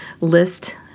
list